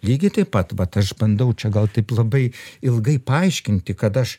lygiai taip pat vat aš bandau čia gal taip labai ilgai paaiškinti kad aš